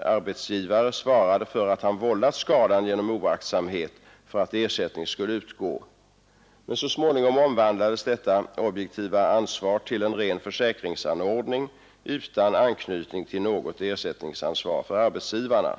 arbetsgivaren hade vållat skadan genom oaktsamhet för att ersättning skulle utgå. Så småningom omvandlades detta objektiva ansvar till en ren försäkringsanordning utan anknytning till något ersättningsansvar för arbetsgivarna.